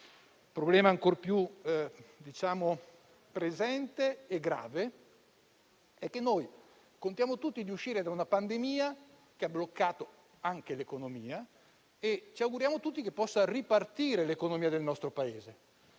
problema ancora più presente e grave, è che noi contiamo tutti di uscire da una pandemia, che ha bloccato anche l'economia. Ci auguriamo tutti che l'economia del nostro Paese